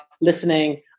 listening